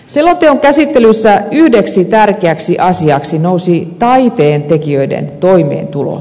selonteon käsittelyssä yhdeksi tärkeäksi asiaksi nousi taiteentekijöiden toimeentulo